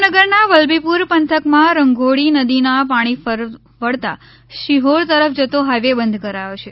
ભાવનગરના વલભીપુર પંથકમાં રંઘોળી નદીનું પાણી ફરી વળતાં સિહોર તરફ જતો હાઈવે બંધ કરાયો છે